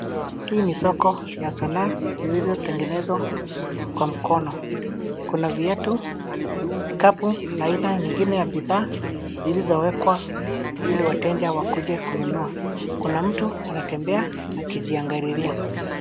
Hii ni soko ya sanaa zilizotengenezwa Kwa mkono. Kuna viatu, pikapu na aina nyingine ya bidhaa, zilozo wekwa ili wateja wakuje kununua. Kuna mtu anatembea akijiangalilia.